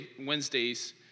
Wednesdays